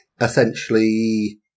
essentially